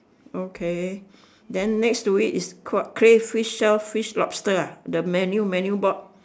okay then next to it is cray crayfish shellfish lobster ah the menu menu board